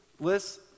Liz